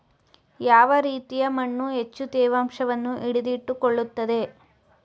ಯಾವ ರೀತಿಯ ಮಣ್ಣು ಹೆಚ್ಚು ತೇವಾಂಶವನ್ನು ಹಿಡಿದಿಟ್ಟುಕೊಳ್ಳುತ್ತದೆ?